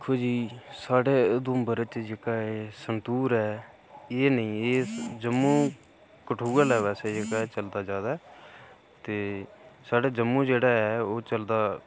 दिक्खो जी साढ़े उधमपुरै च जेह्का एह् संतूर ऐ एह् नेईं एह् जम्मू कठुआ लगदा स्हेई जेह्का एह् चलदा जादै ते साढ़े जम्मू जेह्ड़ा ऐ ओह् चलदा